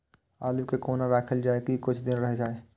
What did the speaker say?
आलू के कोना राखल जाय की कुछ दिन रह जाय?